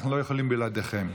אנחנו לא יכולים בלעדיכם.